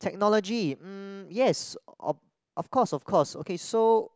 technology mm yes of of course of course okay so